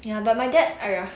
ya but my dad !aiya!